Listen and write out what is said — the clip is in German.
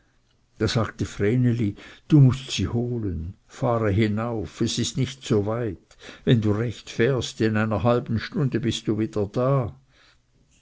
da sagte vreneli du mußt sie holen fahre hinauf es ist nicht so weit wenn du recht fährst in einer halben stunde bist du wieder da